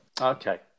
Okay